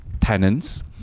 tenants